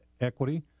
equity